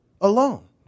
alone